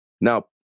Now